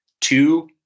two